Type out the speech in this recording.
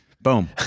Boom